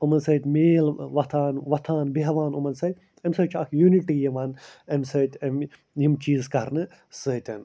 یِمَن سۭتۍ میل وۅتھان ووتھان بیٚہوان یِمَن سۭتۍ اَمہِ سۭتۍ چھُ اَکھ یوٗنِٹی یِوان اَمہِ سۭتۍ اَمہِ یِم چیٖز کَرنہٕ سۭتٮ۪ن